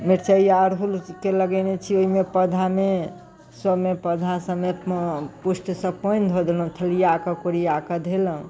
मिरचैआ अरहुलके लगेने छी ओहिमे पौधामे सबमे पौधा सबमे पुष्टसँ पानि धऽ देलहुँ थलिआकऽ कोरिआकऽ धेलहुँ